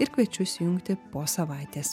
ir kviečiu įsijungti po savaitės